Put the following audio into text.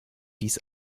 dies